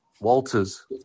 Walters